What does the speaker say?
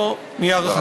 זה נייר החתימות.